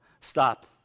Stop